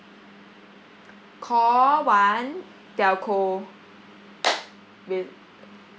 call one telco with